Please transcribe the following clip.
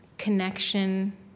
connection